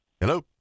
Hello